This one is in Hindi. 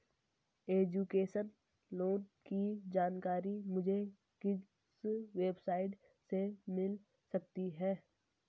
एजुकेशन लोंन की जानकारी मुझे किस वेबसाइट से मिल सकती है?